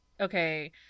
okay